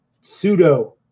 pseudo